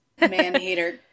man-hater